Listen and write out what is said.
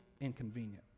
inconvenient